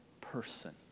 person